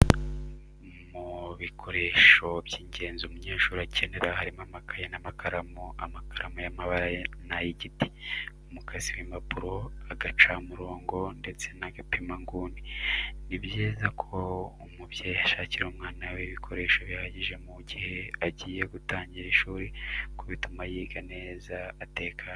Mu bikoresha by'ingenzi umunyeshuri akenera harimo amakaye n'amakaramu, amakaramu y'amabara n'ay'igiti, umukasi w'impapuro, agacamurongo ndetse n'agapima inguni, ni byiza ko umubyeyi ashakira umwana we ibikoresho bihagije mu gihe agiye gutangira ishuri kuko bituma yiga neza atekanye.